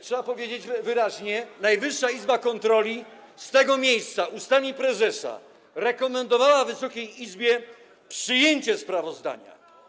Trzeba powiedzieć wyraźnie: Najwyższa Izba Kontroli z tego miejsca, ustami prezesa, rekomendowała Wysokiej Izbie przyjęcie sprawozdania.